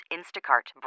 Instacart